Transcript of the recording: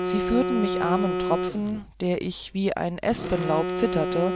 sie führten mich armen tropfen der ich wie ein espenlaub zitterte